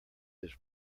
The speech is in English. his